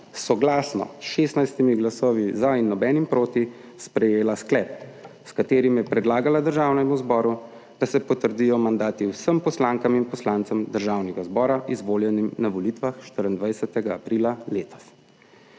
soglasno, s 16. glasovi za in nobenim proti sprejela sklep, s katerim je predlagala Državnemu zboru, da se potrdijo mandati vsem poslankam in poslancem Državnega zbora izvoljenim na volitvah 24. aprila letos.